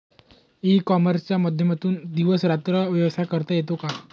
E कॉमर्सच्या माध्यमातून दिवस रात्र व्यवसाय करता येतो का?